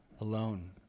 alone